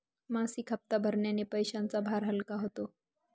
मासिक हप्ता भरण्याने पैशांचा भार हलका होतो